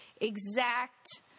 exact